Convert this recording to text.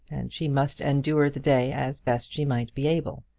she must endure the day as best she might be able.